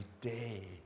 day